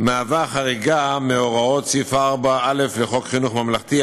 מהווה חריגה מהוראות סעיף 4(א) לחוק חינוך ממלכתי,